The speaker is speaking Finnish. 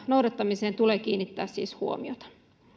noudattamiseen tulee kiinnittää siis huomiota